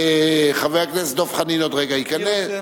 וחבר הכנסת דב חנין עוד רגע ייכנס.